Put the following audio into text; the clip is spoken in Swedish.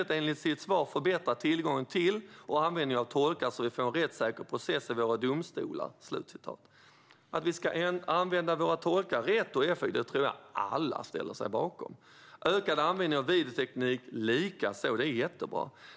I stället vill han "förbättra tillgången till och användningen av tolkar så att vi får en rättssäker process i våra domstolar". Att vi ska använda tolkarna rätt och effektivt tror jag att alla ställer sig bakom, likaså ökad användning av videoteknik. Det är jättebra.